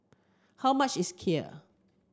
how much is Kheer